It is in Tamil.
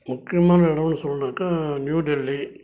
முக்கியமான இடம்னு சொல்லனாக்கா நியூ டெல்லி